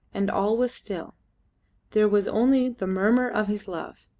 and all was still there was only the murmur of his love.